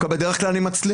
בדרך כלל אני דווקא מצליח.